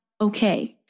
okay